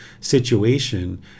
situation